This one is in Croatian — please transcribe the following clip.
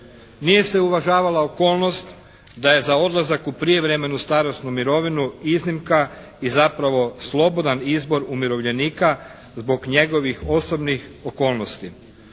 Nije se uvažavala okolnost da je za odlazak u prijevremenu starosnu mirovinu iznimka i zapravo slobodan izbor umirovljenika zbog njegovih osobnih okolnosti.